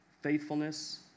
faithfulness